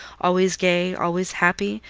always gay, always happy,